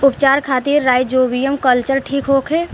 उपचार खातिर rhizobium culture ठीक होखे?